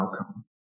outcome